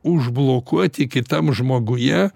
užblokuoti kitam žmoguje